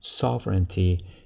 sovereignty